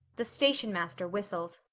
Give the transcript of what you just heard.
the stationmaster whistled.